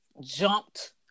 jumped